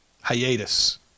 hiatus